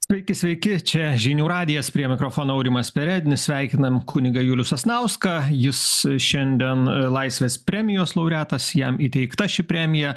sveiki sveiki čia žinių radijas prie mikrofono aurimas perednis sveikinam kunigą julių sasnauską jis šiandien laisvės premijos laureatas jam įteikta ši premija